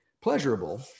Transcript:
pleasurable